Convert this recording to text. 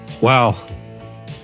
Wow